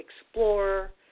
explorer